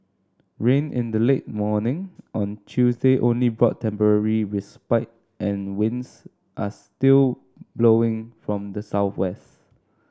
rain in the late morning on Tuesday only brought temporary respite and winds are still blowing from the southwest